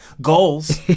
goals